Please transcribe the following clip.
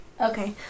Okay